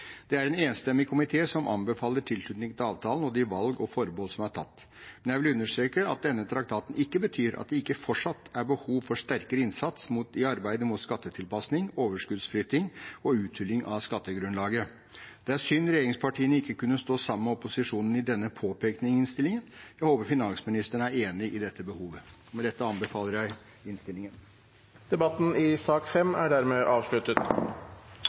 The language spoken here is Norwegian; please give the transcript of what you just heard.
Det er en enstemmig komité som anbefaler tilslutning til avtalen og de valg og forbehold som er tatt. Men jeg vil understreke at denne traktaten ikke betyr at det ikke fortsatt er behov for sterkere innsats i arbeidet mot skattetilpasning, overskuddsflytting og uthuling av skattegrunnlaget. Det er synd at regjeringspartiene ikke kunne stå sammen med opposisjonen i denne påpekningen i innstillingen. Jeg håper finansministeren er enig i det behovet. Med dette anbefaler jeg innstillingen. Flere har ikke bedt om ordet til sak